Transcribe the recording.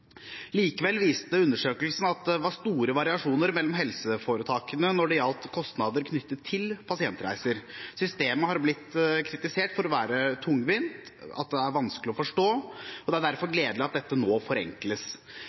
Likevel viste undersøkelsen at det var store variasjoner mellom helseforetakene når det gjaldt kostnader knyttet til pasientreiser. Systemet har blitt kritisert for å være tungvint og vanskelig å forstå, og det er derfor gledelig at dette nå forenkles.